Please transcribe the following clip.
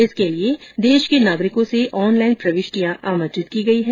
इसके लिए देश के नागरिकों से ऑनलाइन प्रविष्टियां आमंत्रित की गई है